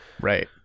right